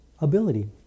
ability